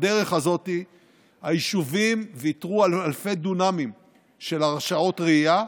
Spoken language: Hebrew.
בדרך הזאת היישובים ויתרו על אלפי דונמים של הרשאות רעייה,